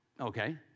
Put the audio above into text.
Okay